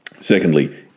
Secondly